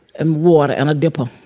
and water in a dipper.